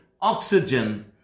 oxygen